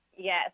Yes